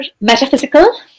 metaphysical